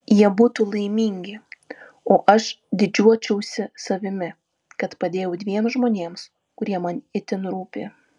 jie būtų laimingi o aš didžiuočiausi savimi kad padėjau dviem žmonėms kurie man itin rūpi